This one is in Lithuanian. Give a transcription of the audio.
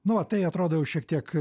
nu va tai atrodo jau šiek tiek